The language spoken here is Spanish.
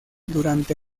durante